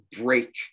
break